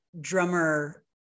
drummer